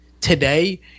today